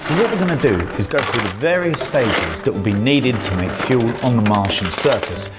we're going to do is various stages that will be needed to make fuel on the martian surface.